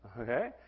Okay